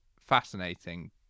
fascinating